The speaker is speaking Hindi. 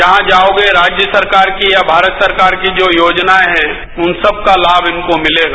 जहां जाओगे राज्य सरकार की या भारत सरकार की जो योजनाए हैं उन सबका लाभ इनको मिलेगा